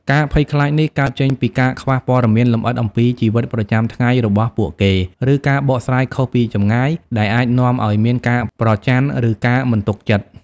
ការភ័យខ្លាចនេះកើតចេញពីការខ្វះព័ត៌មានលម្អិតអំពីជីវិតប្រចាំថ្ងៃរបស់ពួកគេ ឬការបកស្រាយខុសពីចម្ងាយ ដែលអាចនាំឱ្យមានការប្រចណ្ឌ ឬការមិនទុកចិត្ត។